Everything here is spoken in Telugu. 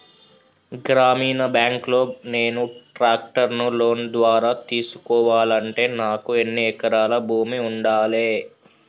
గ్రామీణ బ్యాంక్ లో నేను ట్రాక్టర్ను లోన్ ద్వారా తీసుకోవాలంటే నాకు ఎన్ని ఎకరాల భూమి ఉండాలే?